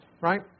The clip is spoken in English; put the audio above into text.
right